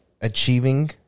achieving